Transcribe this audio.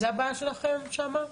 זה הבעיה שלכם שמה?